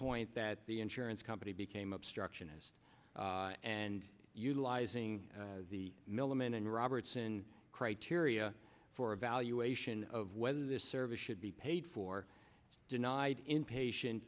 point that the insurance company became obstructionist and utilizing the milliman and robertson criteria for evaluation of whether this service should be paid for denied inpatient